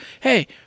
Hey